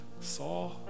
saw